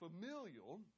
familial